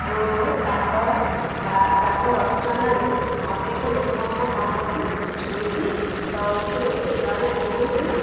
ଓ ତାଙ୍କ ତାଙ୍କ ରଚନାରୁ ଅନେକ ଲୋକଙ୍କ ମନକୁ ଛୁଇଁଛି ତ ସେ ଜଣେ ବହୁତ